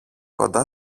κοντά